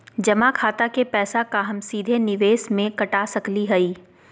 जमा खाता के पैसा का हम सीधे निवेस में कटा सकली हई?